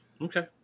Okay